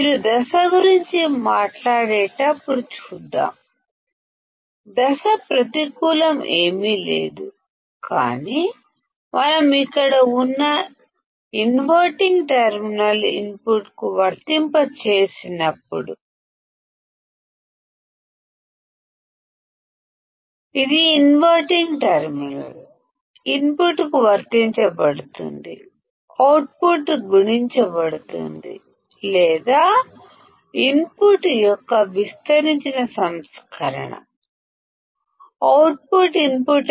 మీరు out of phase గురించి మాట్లాడినప్పుడు చూద్దాం అవుట్ అఫ్ ఫేస్ ఏమీ లేదు కానీ మనం ఇక్కడ ఉన్న ఇన్వర్టింగ్ టెర్మినల్కు ఇన్పుట్ను వర్తింపజేసినప్పుడు అది ఇక్కడ ఉంది ఇది ఇన్వర్టింగ్ టెర్మినల్ ఇన్పుట్కు వర్తించబడింది అవుట్పుట్ గుణించబడి లేదా యాంప్లిఫై చేయబడి సంస్కరించ బడిన ఇన్పుట్